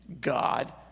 God